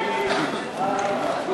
הנושא מסדר-היום של